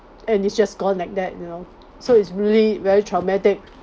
and it's just gone like that you know so it's really very traumatic